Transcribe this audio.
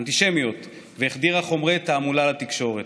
והחדירה חומרי תעמולה לתקשורת.